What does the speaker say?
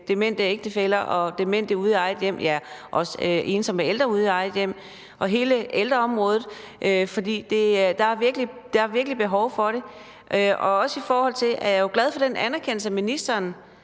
demente ægtefæller og demente ude i eget hjem og, ja, også ensomme ældre ude i eget hjem og hele ældreområdet, for der er virkelig behov for det. Jeg er jo glad for den anerkendelse fra ministeren,